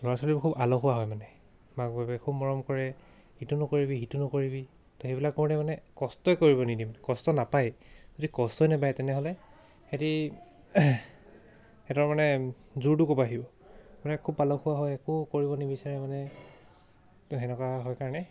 ল'ৰা ছোৱালীবোৰ খুব আলসপৱা হয় মানে মাক বাপেকে খুব মৰম কৰে ইটো নকৰিবি সিটো নকৰিবি ত' সেইবিলাক কৰোঁতে মানে কষ্টই কৰিব নিদিয়ে কষ্ট নাপায় যদি কষ্টই নাপায় তেনেহ'লে সিহঁতে সিহঁতৰ মানে জোৰটো ক'ৰপা আহিব মানে খুব আলসুৱা হয় একো কৰিব নিবিচাৰে মানে ত' সেনেকুৱা হয় কাৰণে